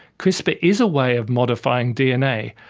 crispr is a way of modifying dna,